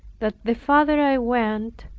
that the farther i went,